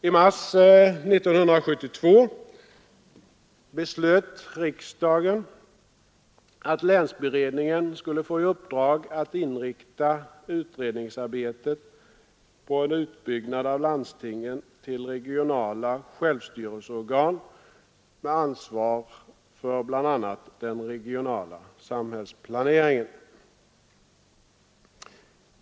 I mars 1972 beslöt riksdagen att länsberedningen skulle få i uppdrag att inrikta utredningsarbetet på en utbyggnad av landstingen till regionala självstyrelseorgan med ansvar för bl.a. den regionala samhällsplaneringen.